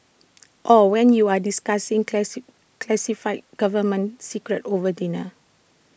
or when you're discussing classified government secrets over dinner